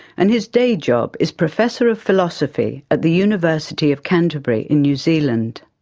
and his day job is professor of philosophy at the university of canterbury in new zealand.